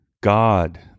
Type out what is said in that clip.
God